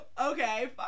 Okay